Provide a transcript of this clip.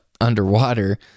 underwater